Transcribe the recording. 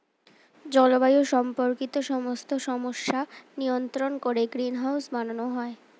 জলবায়ু সম্পর্কিত সমস্ত সমস্যা নিয়ন্ত্রণ করে গ্রিনহাউস বানানো হয়